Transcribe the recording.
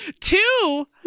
two